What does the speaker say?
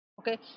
okay